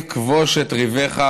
בבקשה.